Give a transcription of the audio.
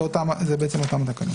בעצם הן אותן תקנות.